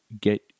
get